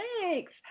Thanks